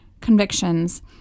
convictions